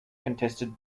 contested